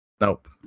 Nope